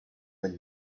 been